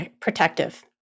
protective